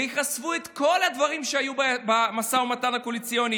ויחשפו את כל הדברים שהיו במשא ומתן הקואליציוני